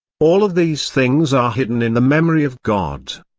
all of these things are hidden in the memory of god.